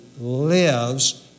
lives